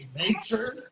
nature